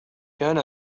كان